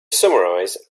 summarize